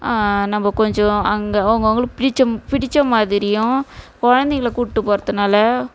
நம்ம கொஞ்சம் அங்கே அவங்கவுங்களுக்கு பிடித்த பிடித்த மாதிரியும் குழந்தைங்கள கூட்டி போகறதுனால